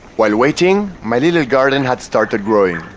while waiting my little garden had started growing.